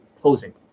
closing